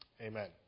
Amen